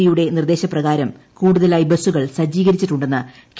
ഡിയുടെ നിർദേശപ്രകാരം കൂടുതലായി ബസുകൾ സജ്ജീകരിച്ചിട്ടുണ്ടെന്ന് കെ